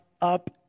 up